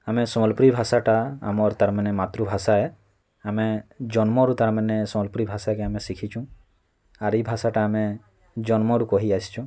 ଆମେ ସମ୍ବଲପୁରୀ ଭାଷାଟା ଆମର୍ ତା'ର୍ ମାନେ ମାତୃ ଭାଷା ଏ ଆମେ ଜନ୍ମରୁ ତା'ର୍ ମାନେ ସମ୍ବଲପୁରୀ ଭାଷା କେ ଆମେ ଶିଖିଛୁଁ ଆର୍ ଏଇ ଭାଷାଟା ଆମେ ଜନ୍ମରୁ କହି ଆସିଛୁଁ